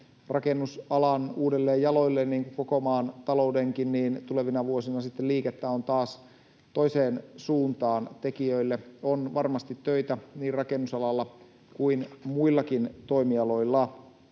rakennusalan uudelleen jaloilleen, niin kuin koko maan taloudenkin, jolloin tulevina vuosina sitten liikettä on taas toiseen suuntaan. Tekijöille on varmasti töitä niin rakennusalalla kuin muillakin toimialoilla.